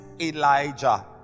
Elijah